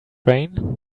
rain